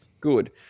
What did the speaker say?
Good